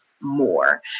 more